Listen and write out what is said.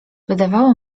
wydawało